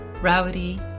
Rowdy